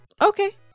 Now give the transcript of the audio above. Okay